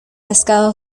pescado